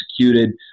executed